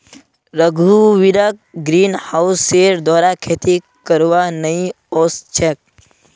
रघुवीरक ग्रीनहाउसेर द्वारा खेती करवा नइ ओस छेक